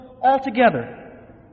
altogether